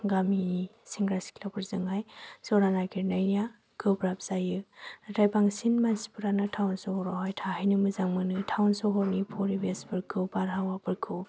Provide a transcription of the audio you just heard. गामिनि सेंग्रा सिख्लाफोरजोंहाय जरा नागिरनाया गोब्राब जायो नाथाय बांसिन मानसिफ्रानो थावन सोहोरावहाय थाहैनो मोजां मोनो थावन सोहोरनि फरिबेसफोरखौ बारहावाफोरखौ